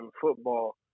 football